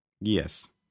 Yes